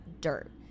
dirt